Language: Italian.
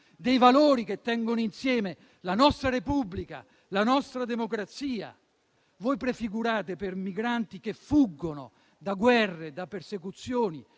dei valori che tengono insieme la nostra Repubblica e la nostra democrazia. Voi prefigurate per migranti che fuggono da guerre e da persecuzioni